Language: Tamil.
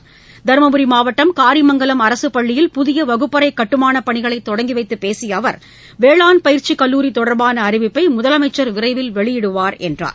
மற்றும் வேளாண் துறை அமைச்சர் தருமபுரி மாவட்டம் காரிமங்கலம் அரசுப் பள்ளியில் புதிய வகுப்பறை கட்டுமானப் பணிகளை தொடங்கி வைத்து பேசிய அவர் வேளான் பயிற்சி கல்லூரி தொடர்பான அறிவிப்பை முதலமைச்சர் விரைவில் வெளியிடுவார் என்றார்